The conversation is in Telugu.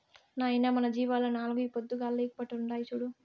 నాయనా మన జీవాల్ల నాలుగు ఈ పొద్దుగాల ఈకట్పుండాయి చూడు